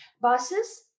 buses